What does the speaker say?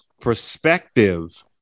perspective